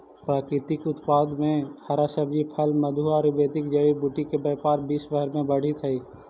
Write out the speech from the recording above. प्राकृतिक उत्पाद में हरा सब्जी, फल, मधु, आयुर्वेदिक जड़ी बूटी के व्यापार विश्व भर में बढ़ित हई